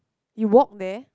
you walk there